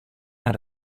had